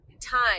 time